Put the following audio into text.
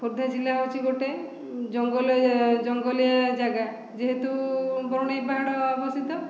ଖୋର୍ଦ୍ଧା ଜିଲ୍ଲା ହେଉଛି ଗୋଟିଏ ଜଙ୍ଗଲ ଜଙ୍ଗଲିଆ ଜାଗା ଯେହେତୁ ବରୁଣେଇ ପାହାଡ଼ ଅବସ୍ଥିତ